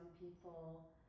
people